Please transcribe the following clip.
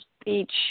speech